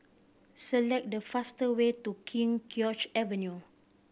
select the fastest way to King George Avenue